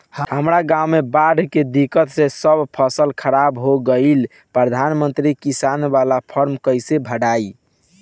हमरा गांव मे बॉढ़ के दिक्कत से सब फसल खराब हो गईल प्रधानमंत्री किसान बाला फर्म कैसे भड़ाई?